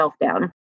down